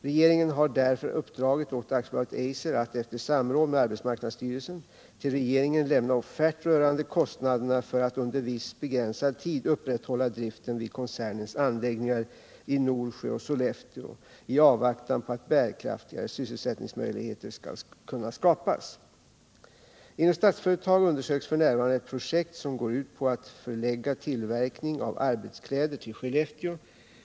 Regeringen har därför uppdragit åt AB Eiser att, efter samråd med arbetsmark nadsstyrelsen, till regeringen lämna offert rörande kostnaderna för att under viss begränsad tid upprätthålla driften vid koncernens anläggningar i Norsjö och Sollefteå i avvaktan på att bärkraftigare sysselsättningsmöjligheter skall kunna skapas. Inom Statsföretag AB undersöks f. n. ett projekt som går ut på att förlägga tillverkning av arbetskläder till Skellefteå.